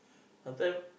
last time